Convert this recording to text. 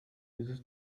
dieses